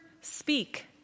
speak